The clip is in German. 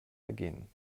ergehen